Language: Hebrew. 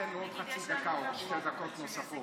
תן לו עוד חצי דקה או שתי דקות נוספות,